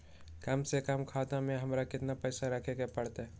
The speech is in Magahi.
कम से कम खाता में हमरा कितना पैसा रखे के परतई?